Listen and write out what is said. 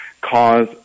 cause